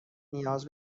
نیاز